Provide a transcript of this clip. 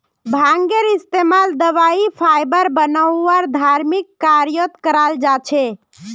भांगेर इस्तमाल दवाई फाइबर बनव्वा आर धर्मिक कार्यत कराल जा छेक